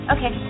Okay